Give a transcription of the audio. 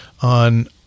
on